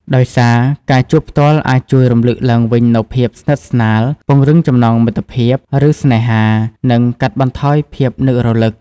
ដោយសារ ការជួបផ្ទាល់អាចជួយរំលឹកឡើងវិញនូវភាពស្និទ្ធស្នាល ពង្រឹងចំណងមិត្តភាព ឬស្នេហា និងកាត់បន្ថយភាពនឹករលឹក។